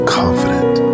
confident